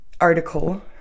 article